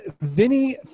Vinny